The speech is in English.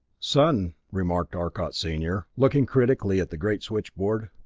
son, remarked arcot senior, looking critically at the great switchboard,